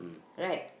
right